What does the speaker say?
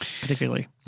particularly